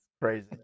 crazy